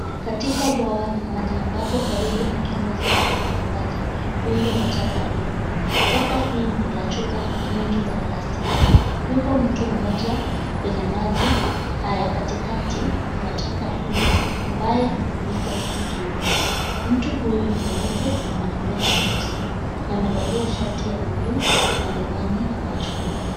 Katika bwawa la maji ambapo karibu na kingo zake kwenye maji, rundo la taka lipo. Taka hii ni la chupa nyingi za plastiki. Yupo mtu mmoja kwenye maji haya katikati mwa taka hii ambaye amefunikwa hadi kiuno. Mtu huyo ni mweupe na mwenye nywele nyeusi na amevalia shati ya blue na miwani machoni.